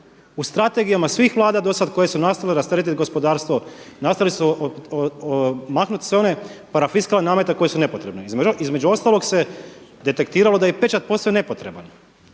U strategijama svih vlada do sada koje su nastojale rasteretiti gospodarstvo, nastojali su maknuti sve one parafiskalne namete koji su nepotrebni. Između ostalog se detektiralo da je i pečat posve nepotreban.